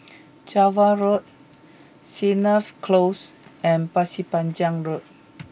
Java Road Sennett Close and Pasir Panjang Road